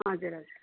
हजुर हजुर